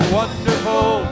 wonderful